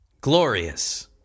Glorious